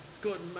Good